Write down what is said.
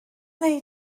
wnei